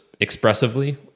expressively